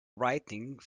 writing